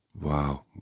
Wow